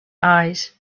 eyes